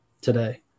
today